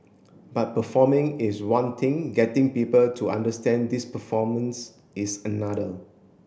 but performing is one thing getting people to understand these performance is another